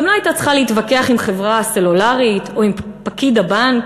גם לא הייתה צריכה להתווכח עם חברה סלולרית או עם פקיד הבנק.